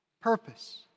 purpose